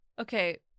Okay